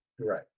right